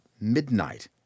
midnight